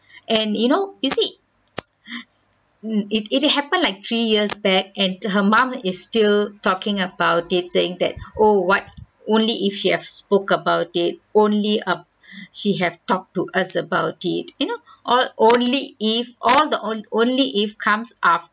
and you know you see mm it it happened like three years back and her mum is still talking about it saying that oh what only if she have spoke about it only up~ she have talked to us about it you know all only if all the on only if comes